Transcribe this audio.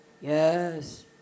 Yes